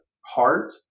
heart